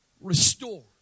restore